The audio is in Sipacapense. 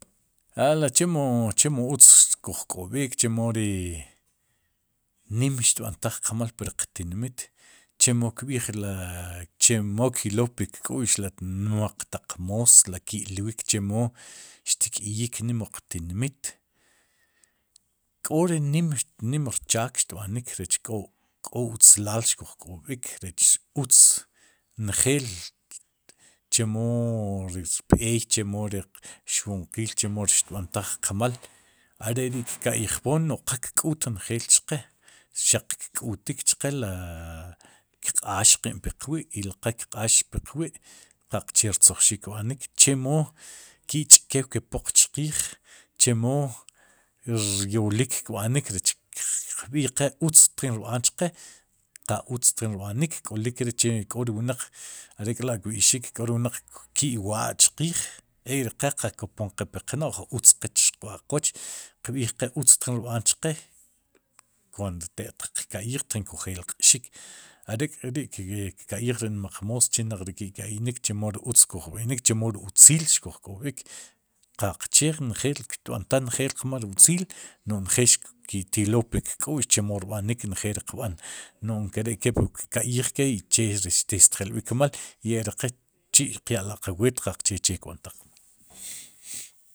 A la chemo chemo mu utz xkuj k'ob'ik chemo ri nim xtb'antaj qmaal priq tinmiit, chemo kb'iij la chemo klow puk k'u'x ri nmaq taq moos. ri ki'lwiik chemo xtk'iyik nim wu qtinmiit, k'o ri nim, nim ri chaak xtb'anik rech k'o k'o utzlaal xkuj k'oob'ik rech utz njeel chemo ri rirb'eey chemo riq xwinqiil chemo ri xtb'antaj qmal, are'ri'kka'yej poom no'j qa kk'uut njeel chqe xaq kk'utik cheqe la kq'aax qin puq wi'i li qal kq'aax pik wi'qaqchee rtzojxik kb'anik chemo ki'ch'key ke poq chqiij, chemo ryolik kb'anik, rech qb'iij qe utz tjin kb'an chqe, qa utz tjin kb'anik, k'olik re che k'lik ri wnaq are'k'la' kb'ixik k'o re wnaq ki'waa chqiij ek'ri qe qa kopom qe puq no'j utz qe chb'aq'qwooch, qb'iij qe qa utz tjin kb'aan chqe kuant te'q tiq ka'yij tjin kuj jelq'xik are'k'ri'ki kka'yij ri nmaq moos chinaq ri ki'ka'inik chemo ri utz kuj b'inik chemo ri utziil xkuj k'ob'ik qaqche njeel xtb'antaj njeel qmaal ri utziil no'j njeel tyolwik puk k'u'x chemo rb'anik njeel riq b'an no'j nkere'kep wu ka'yij ke'che ri testjelb'ik kmaal i ri qe chi'tjin qya'laqaaj weet qaqche che xtb'antaj qmal.